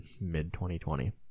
mid-2020